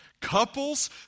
couples